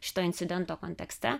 šito incidento kontekste